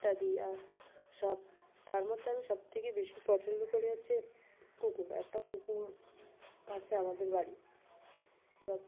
ইত্যাদি আর সব তার মধ্যে আমি সবথেকে বেশি পছন্দ করি হচ্ছে কুকুর একটা কুকুর আছে আমাদের বাড়ি এবার